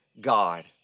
God